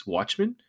Watchmen